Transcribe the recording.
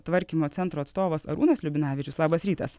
tvarkymo centro atstovas arūnas liubinavičius labas rytas